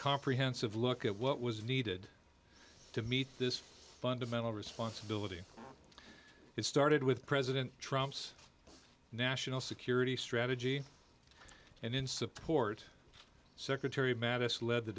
comprehensive look at what was needed to meet this fundamental responsibility it started with president trumps national security strategy and in support secretary mabus led the